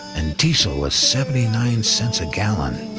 and diesel was seventy nine cents a gallon.